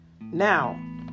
Now